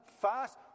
fast